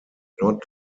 not